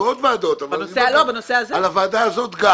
ובעוד ועדות אבל אני אומר גם בוועדה הזאת.